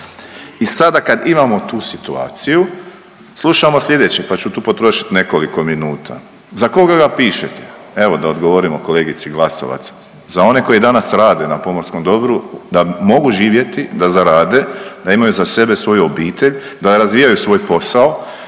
I sada kad imamo tu situaciju slušamo sljedeće pa ću tu potrošiti nekoliko minuta. Za koga ga pišete? Evo da odgovorimo kolegici Glasovac, za one koji danas rade na pomorskom dobru da mogu živjeti, da zarade, da imaju za sebe, svoju obitelj, da razvijaju svoj posao.